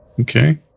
Okay